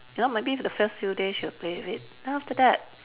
you know maybe the first few days she'll play with it then after that